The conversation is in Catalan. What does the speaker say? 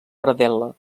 predel·la